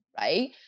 right